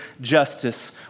justice